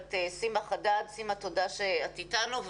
גברת סימה חדד, ותודה שאת אתנו.